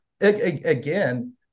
Again